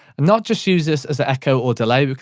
not just use this as echo or delay,